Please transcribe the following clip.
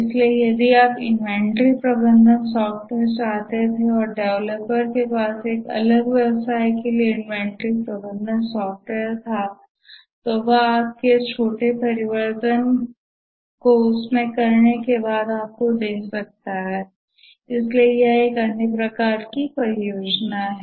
इसलिए यदि आप इन्वेंट्री प्रबंधन सॉफ्टवेयर चाहते थे और डेवलपर के पास एक अलग व्यवसाय के लिए इन्वेंट्री प्रबंधन सॉफ्टवेयर था तो वह आपको इसे छोटे परिवर्तन करने के बाद आपको दे सकता है इसलिए यह एक अन्य प्रकार की परियोजना है